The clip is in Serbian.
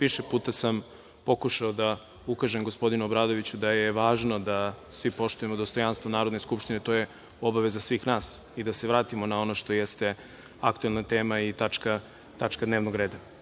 više puta sam pokušao da ukažem gospodinu Obradoviću da je važno da svi poštujemo dostojanstvo Narodne skupštine. To je obaveza svih nas.I da se vratimo na ono što jeste aktuelna tema i tačka dnevnog reda. Da